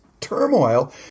turmoil